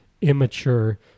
immature